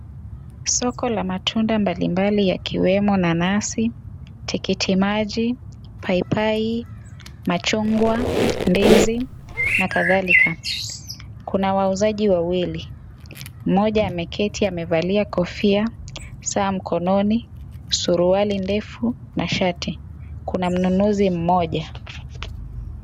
Soko la matunda mbalimbali yakiwemo: nanasi, tikitimaji, paipai, machungwa, ndizi, na kadhalika. Kuna wauzaji wawili, mmoja ameketi amevalia kofia, saa mkononi, suruali ndefu na shati. Kuna mnunuzi mmoja.